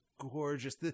gorgeous